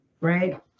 Right